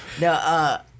No